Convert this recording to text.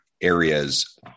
areas